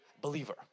believer